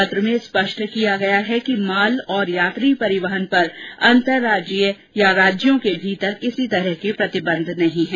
पत्र में स्पष्ट किया गया है कि माल और यात्री परिवहन पर अन्तर्राज्यीय या राज्यों के भीतर किसी तरह के प्रतिबंध नहीं हैं